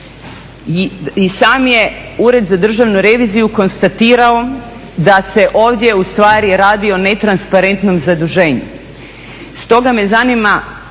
I sam je Ured za državnu reviziju konstatirao da se ovdje ustvari radi o netransparentnom zaduženju. Stoga me zanimaju